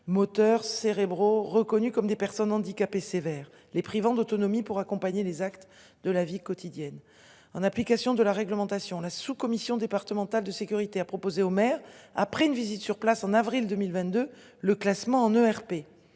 moteurs cérébraux reconnues comme des personnes handicapées sévère les privant d'autonomie pour accompagner les actes de la vie quotidienne en application de la réglementation, la sous-commission départementale de sécurité a proposé au maire après une visite sur place en avril 2022 le classement en ERP,